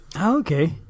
Okay